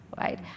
right